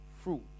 fruit